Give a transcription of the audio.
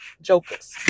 jokers